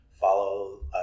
follow